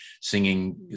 singing